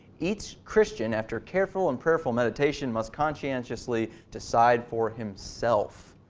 each christian after careful and prayerful meditation much conscientiously decide for himself.